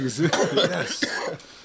Yes